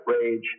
rage